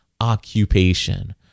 occupation